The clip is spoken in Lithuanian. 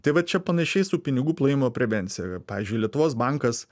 tai vat čia panašiai su pinigų plovimo prevencija pavyzdžiui lietuvos bankas